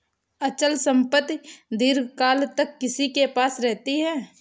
अचल संपत्ति दीर्घकाल तक किसी के पास रहती है